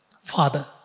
Father